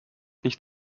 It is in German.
nicht